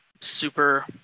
super